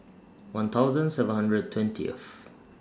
one thousand seven hundred twentieth